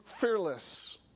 fearless